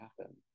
happen